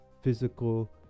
physical